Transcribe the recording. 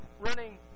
running